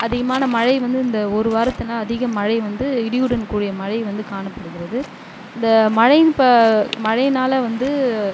அதிகமான மழை வந்து இந்த ஒரு வாரத்தில் அதிக மழை வந்து இடியுடன் கூடிய மழை வந்து காணப்படுகிறது இந்த மழையின் ப மழையினால் வந்து